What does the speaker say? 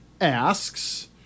asks